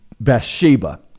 Bathsheba